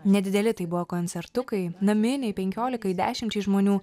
nedideli tai buvo koncertukai naminiai penkiolikai dešimčiai žmonių